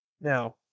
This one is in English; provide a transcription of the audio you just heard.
Now